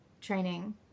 training